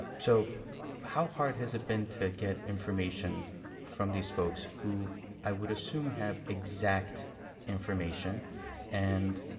but so how hard has it been to get information from these folks who i would assume have exact information and